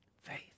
Faith